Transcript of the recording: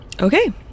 okay